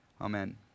Amen